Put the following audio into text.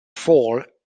fall